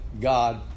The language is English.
God